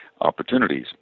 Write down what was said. opportunities